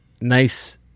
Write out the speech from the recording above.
Nice